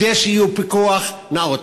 כדי שיהיה פיקוח נאות.